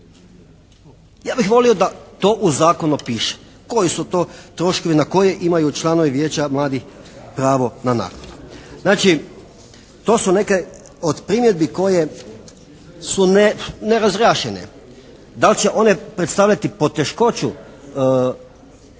Ja bih volio da to u Zakonu piše. Koji su to troškovi na koje imaju članovi Vijeća mladih pravo na naknadu. Znači, to su neke od primjedbi koje su nerazjašnjene. Da li će one predstavljati poteškoću tijekom